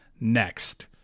next